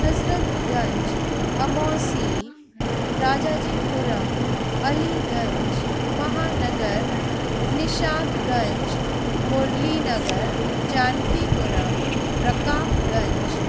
Hazratganj Amausi Rajaji Puram Aliganj Mahanagar Nishatganj Murli Nagar Jankipuram Rakabganj